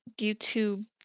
YouTube